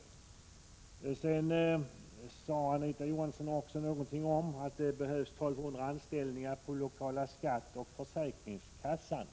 Sedan sade Anita Johansson någonting om att det behövs 1 200 anställningar på lokala skattemyndigheten och försäkringskassan.